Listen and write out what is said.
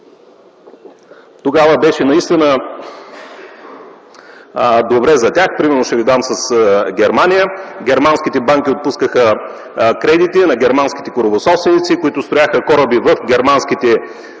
Тогава беше наистина добре за тях. Ще ви дам пример с Германия. Германските банки отпускаха кредити на германските корабособственици, които строяха кораби в германските